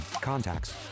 contacts